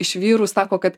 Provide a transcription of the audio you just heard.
iš vyrų sako kad